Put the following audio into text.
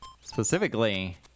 Specifically